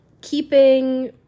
keeping